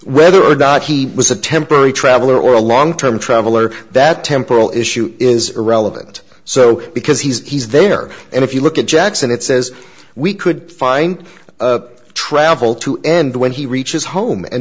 whether or not he was a temporary traveller or a long term traveller that temporal issue is irrelevant so because he's there and if you look at jackson it says we could find travel to end when he reaches home and